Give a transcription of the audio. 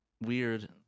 Weird